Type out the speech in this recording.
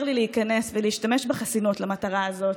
לי להיכנס ולהשתמש בחסינות למטרה הזאת,